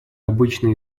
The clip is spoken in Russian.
обычные